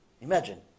Imagine